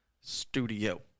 Studio